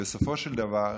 בסופו של דבר,